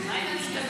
מה עם המשתמטים?